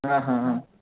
हँ हँ अँ